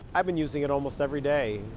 i've been using it almost every day,